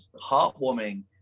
heartwarming